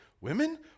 Women